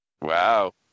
Wow